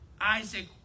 Isaac